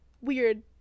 weird